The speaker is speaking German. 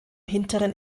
hinteren